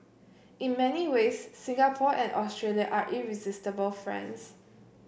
in many ways Singapore and Australia are irresistible friends